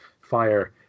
fire